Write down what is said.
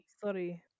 Sorry